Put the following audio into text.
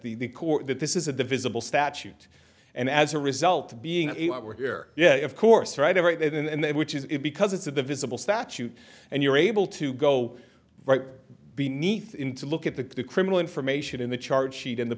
t the core that this is a divisible statute and as a result being we're here yeah of course right and which is it because it's of the visible statute and you're able to go right beneath him to look at the criminal information in the charge sheet in the